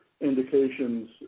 indications